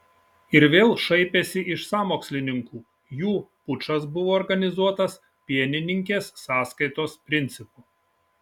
ir vėl šaipėsi iš sąmokslininkų jų pučas buvo organizuotas pienininkės sąskaitos principu